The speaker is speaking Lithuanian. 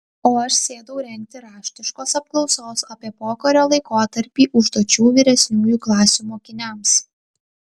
o aš sėdau rengti raštiškos apklausos apie pokario laikotarpį užduočių vyresniųjų klasių mokiniams